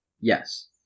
Yes